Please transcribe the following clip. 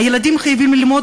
הילדים חייבים ללמוד,